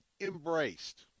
embraced